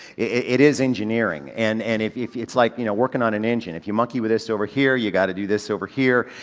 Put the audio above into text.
it is engineering and, and if, if it's like you know working on an engine. if you monkey with this over here, you gotta do this over here.